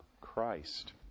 Christ